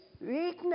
weakness